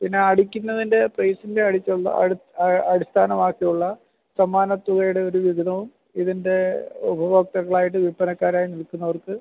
പിന്നെ അടിക്കുന്നതിൻ്റെ പ്രൈസിൻ്റെ അടിച്ചുള്ള അടിസ്ഥാനമാക്കിയുള്ള സമ്മാനത്തുകയുടെ ഒരു വിഹിതവും ഇതിൻ്റെ ഉപഭോക്താക്കളായിട്ട് വിൽപ്പനക്കാരായി നിൽക്കുന്നവർക്ക്